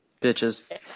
Bitches